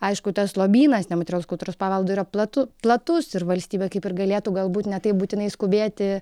aišku tas lobynas nematerialios kultūros paveldo yra platu platus ir valstybė kaip ir galėtų galbūt ne taip būtinai skubėti